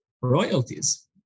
royalties